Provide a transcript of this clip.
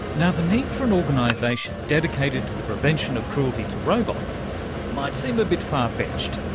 and the need for an organisation dedicated to the prevention of cruelty to robots might seem a bit far-fetched.